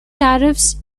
tariffs